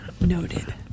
Noted